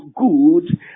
good